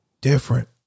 different